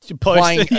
playing